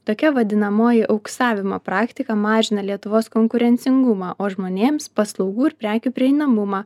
tokia vadinamoji auksavimo praktika mažina lietuvos konkurencingumą o žmonėms paslaugų ir prekių prieinamumą